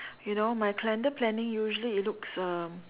you know my calendar planning usually it looks um